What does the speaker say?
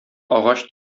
агач